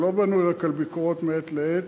זה לא בנוי רק על ביקורות מעת לעת,